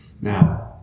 now